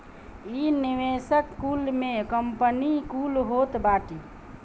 इ निवेशक कुल में कंपनी कुल होत बाटी